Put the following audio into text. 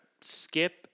skip